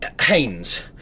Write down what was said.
Haynes